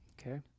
Okay